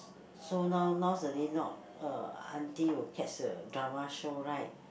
so now nowadays not uh auntie will catch the drama show right